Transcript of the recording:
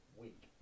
week